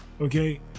Okay